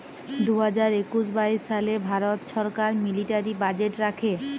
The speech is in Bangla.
দু হাজার একুশ বাইশ সালে ভারত ছরকার মিলিটারি বাজেট রাখে